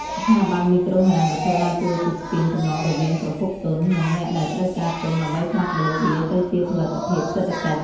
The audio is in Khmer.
ស្ថាប័នមីក្រូហិរញ្ញវត្ថុដើរតួជាស្ពានចម្លងរវាងប្រភពទុន និងអ្នកដែលត្រូវការទុនដើម្បីផ្លាស់ប្តូរវាទៅជាផលិតភាពសេដ្ឋកិច្ច។